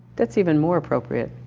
that's even more appropriate.